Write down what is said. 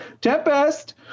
Tempest